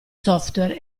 software